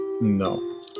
no